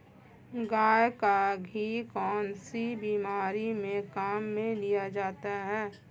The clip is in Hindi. गाय का घी कौनसी बीमारी में काम में लिया जाता है?